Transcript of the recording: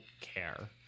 care